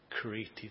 created